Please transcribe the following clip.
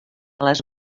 les